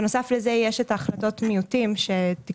בנוסף לזה יש את החלטות המיעוטים שתקצבו